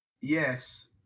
Yes